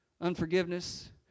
unforgiveness